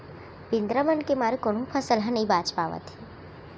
बेंदरा मन के मारे कोनो फसल ह नइ बाच पावत हे